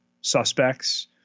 suspects